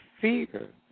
fear